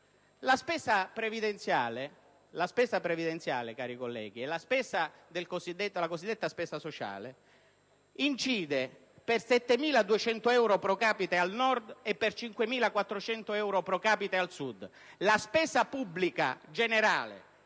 La spesa previdenziale, cari colleghi, la cosiddetta spesa sociale, incide per 7.200 euro *pro capite* al Nord e per 5.400 euro *pro capite* al Sud. La spesa pubblica generale,